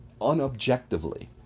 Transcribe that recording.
unobjectively